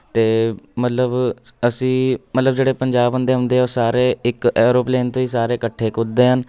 ਅਤੇ ਮਤਲਬ ਅਸੀਂ ਮਤਲਬ ਜਿਹੜੇ ਪੰਜਾਹ ਬੰਦੇ ਹੁੰਦੇ ਆ ਉਹ ਸਾਰੇ ਇੱਕ ਐਰੋਪਲੇਨ 'ਤੇ ਹੀ ਸਾਰੇ ਇਕੱਠੇ ਕੁੱਦ ਦੇ ਹਨ